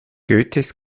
goethes